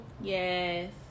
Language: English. yes